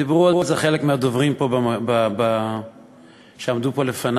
ודיברו חלק מהדוברים שעמדו פה לפני